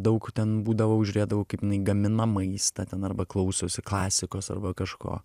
daug ten būdavau žiūrėdavau kaip jinai gamina maistą ten arba klausosi klasikos arba kažko